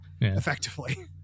effectively